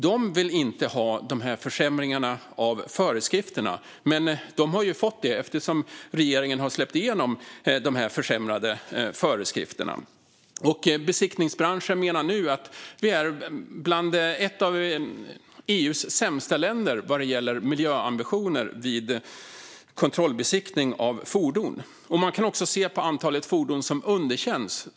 De vill inte ha de här försämringarna, men de har fått dem, eftersom regeringen har släppt igenom dessa försämrade föreskrifter. Besiktningsbranschen menar nu att vi är ett av EU:s sämsta länder vad gäller miljöambitioner vid kontrollbesiktning av fordon. Man kan också se på antalet fordon som underkänns.